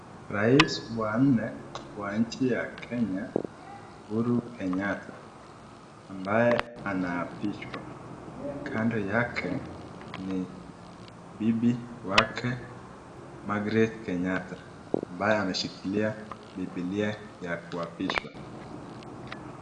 Raisi wa nne wa nchi ya Kenya, Uhuru Kenyatta ambaye anaapishwa. Kando yake ni bibi wake Margret Kenyatta, ambaye ameshikilia bibilia ya kuapishwa.